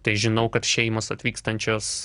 tai žinau kad šeimos atvykstančios